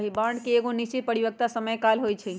bond के एगो निश्चित परिपक्वता समय काल होइ छइ